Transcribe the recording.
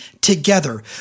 together